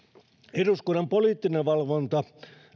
eduskunnan poliittinen valvonta